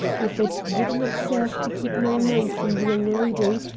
if it did not serve to keep my mind from the young lady,